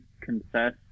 confess